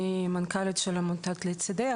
אני מנכ"לית של עמותת "לצידך",